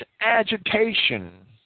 agitation